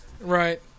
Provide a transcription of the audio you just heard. Right